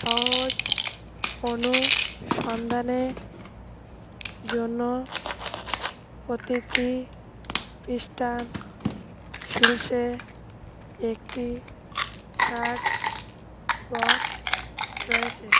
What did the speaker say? সহজ অনুসন্ধানে জন্য প্রতিটি পিসষ্টান শিলসে একটি সা বক্স রয়েছে